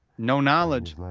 no knowledge,